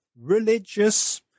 religious